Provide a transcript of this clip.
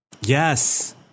Yes